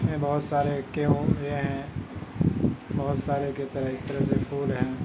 میں بہت سارے کے ہوٮٔے ہیں بہت سارے کے طرح اِس طرح سے پھول ہیں